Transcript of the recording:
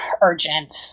urgent